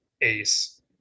ace